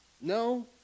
No